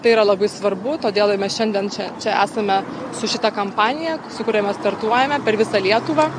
tai yra labai svarbu todėl ir mes šiandien čia čia esame su šita kampanija su kuria mes startuojame per visą lietuvą